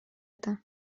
это